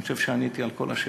אני חושב שעניתי על כל השאלות.